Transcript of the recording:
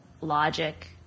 logic